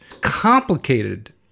complicated